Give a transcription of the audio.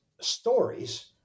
stories